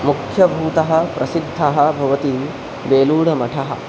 मुख्यभूतः प्रसिद्धः भवति वेलूडमठः